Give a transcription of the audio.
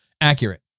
accurate